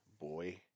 boy